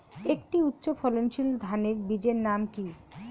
একটি উচ্চ ফলনশীল ধানের বীজের নাম কী?